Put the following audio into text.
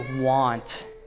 want